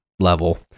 level